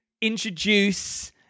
introduce